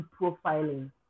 profiling